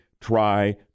try